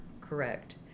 correct